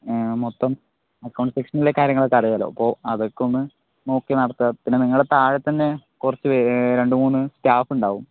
മൊത്തം അക്കൌണ്ട് സെക്ഷനിലെ കാര്യങ്ങളൊക്കെ നിങ്ങൾക്ക് അറിയാമല്ലോ അപ്പോൾ അതൊക്കെ ഒന്ന് നോക്കി നടത്തുക പിന്നെ നിങ്ങളുടെ താഴെ തന്നെ കുറച്ച് പേര് രണ്ടു മൂന്ന് സ്റ്റാഫ് ഉണ്ടാവും